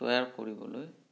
তৈয়াৰ কৰিবলৈ